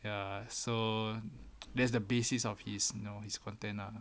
ya so that's the basis of his you know his content ah